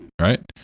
right